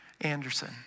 Anderson